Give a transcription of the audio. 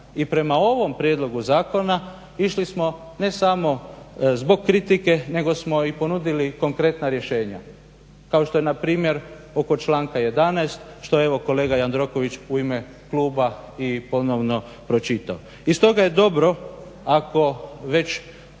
i prema ovom prijedlogu zakona išli smo ne samo zbog kritike nego smo i ponudili konkretna rješenja. Kao što je na primjer oko članka 11. što je evo kolega Jandroković u ime kluba i ponovno pročitao. I stoga je dobro ako već